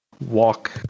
walk